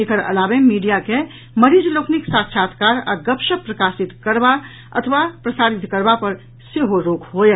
एकर अलावे मीडिया के मरीज लोकनिक साक्षात्कार आ गपशप प्रकाशित अथवा प्रसारित करबा पर सेहो रोक होयत